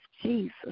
Jesus